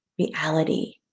reality